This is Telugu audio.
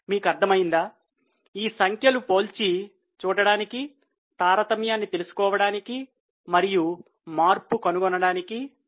మీకు అర్థమైందా ఈ సంఖ్యలు పోల్చి చూడడానికి తారతమ్యాన్ని తెలుసుకోవడానికి మరియు మార్పు కనుగొనడానికి ఉపయోగిస్తాం